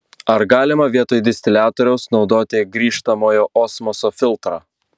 ar galima vietoj distiliatoriaus naudoti grįžtamojo osmoso filtrą